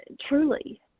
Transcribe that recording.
truly